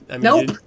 Nope